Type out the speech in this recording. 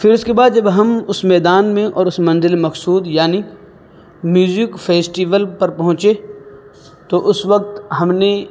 پھر اس کے بعد جب ہم اس میدان میں اور اس منزل مقصود یعنی میوزک فیسٹیول پر پہنچے تو اس وقت ہم نے